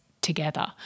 together